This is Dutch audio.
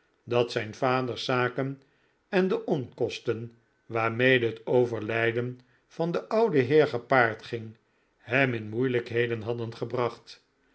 dat zijn vaders zaken en de onkosten waarmede het ove r lijden van den ouden heer gepaard ging hem in moeilijkheden hadden gebracht